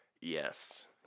Yes